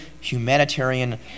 humanitarian